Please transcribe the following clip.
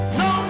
no